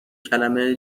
کلمه